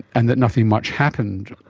and that nothing much happened?